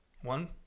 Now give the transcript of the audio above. one